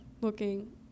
looking